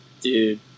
Dude